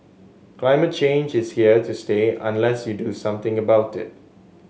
climate change is here to stay unless you do something about it